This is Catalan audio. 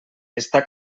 està